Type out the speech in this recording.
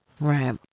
Right